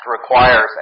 requires